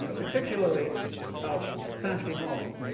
ah particularly of saint-simon,